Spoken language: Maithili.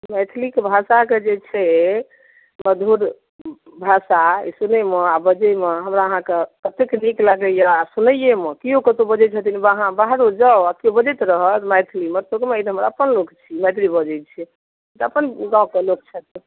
मैथिलीक भाषा के जे छै मधुर भाषा ई सुनै मे आ बजै मे हमरा अहाँ के कतेक नीक लगैया आ सुनैये मे केओ कतौ बजै छथिन अहाँ बाहरो जाउ आ केओ बजैत रहत मैथिली मे तऽ कहबै गे माए ई तऽ अपन लोक छी मैथिली बजै छै अपन गाँव के लोक छथिन